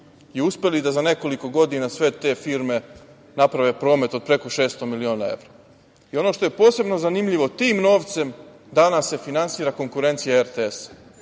i uspeli da za nekoliko godina sve te firme naprave promet od preko 600 miliona evra. Ono što je posebno zanimljivo, tim novcem danas se finansira konkurencija RTS-a,